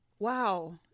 Wow